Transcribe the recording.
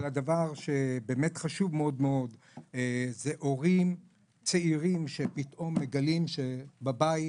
אבל הדבר שבאמת חשוב מאוד מאוד זה הורים צעירים שפתאום מגלים שבבית